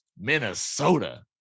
Minnesota